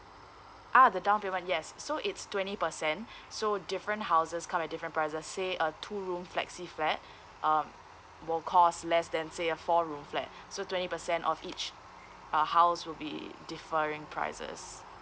ah the down payment yes so it's twenty percent so different houses come at different prices say a two room flexi flat uh will cost less than say a four room flat so twenty percent of each uh house will be differing prices